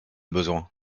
besoin